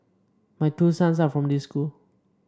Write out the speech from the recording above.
my two sons are from this school